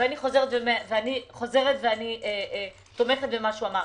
ואני תומכת במה שאמר.